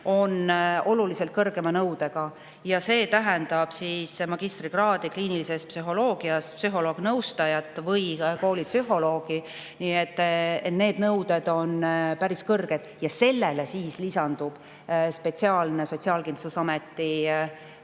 on oluliselt kõrgema nõudega ja see tähendab magistrikraadi kliinilises psühholoogias, psühholoog-nõustajat või koolipsühholoogi. Nii et need nõuded on päris kõrged. Ja sellele lisandub spetsiaalne Sotsiaalkindlustusameti